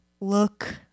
look